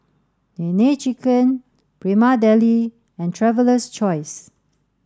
Nene Chicken Prima Deli and Traveler's Choice